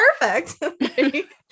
perfect